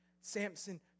Samson